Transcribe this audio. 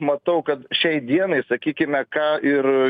matau kad šiai dienai sakykime ką ir